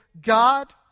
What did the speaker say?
God